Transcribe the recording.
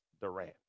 Durant